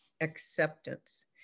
acceptance